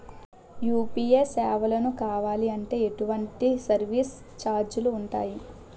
UPI సేవలను కావాలి అంటే ఎటువంటి సర్విస్ ఛార్జీలు ఉంటాయి?